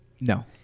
No